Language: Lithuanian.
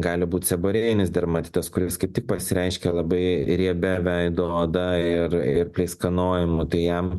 gali būti seborėjinis dermatitas kuris kaip tik pasireiškia labai riebia veido oda ir ir pleiskanoja nu tai jam